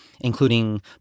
including